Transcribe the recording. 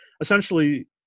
essentially